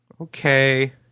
okay